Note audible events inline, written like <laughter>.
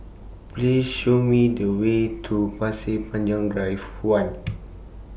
Please Show Me The Way to Pasir Panjang Drive one <noise>